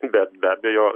bet be abejo